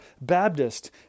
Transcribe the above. Baptist